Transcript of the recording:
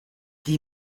die